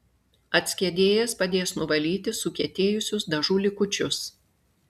atskiedėjas padės nuvalyti sukietėjusius dažų likučius